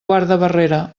guardabarrera